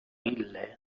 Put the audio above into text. ille